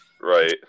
Right